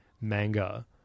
manga